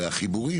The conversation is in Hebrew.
והחיבורים,